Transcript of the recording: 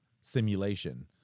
simulation